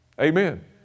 Amen